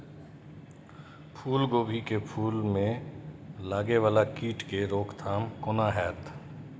फुल गोभी के फुल में लागे वाला कीट के रोकथाम कौना हैत?